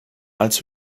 als